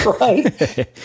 right